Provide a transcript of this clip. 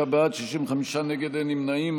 36 בעד, 65 נגד, אין נמנעים.